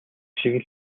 шиг